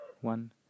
one